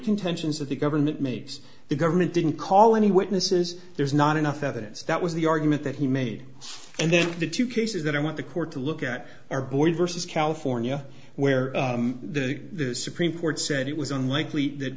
contentions that the government made the government didn't call any witnesses there's not enough evidence that was the argument that he made and then the two cases that i want the court to look at our boy versus california where the supreme court said it was unlikely that